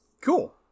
Cool